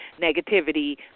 negativity